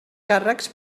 càrrecs